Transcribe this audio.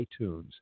iTunes